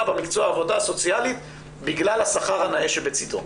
במקצוע העבודה הסוציאלית בגלל השכר הנאה שבצידו.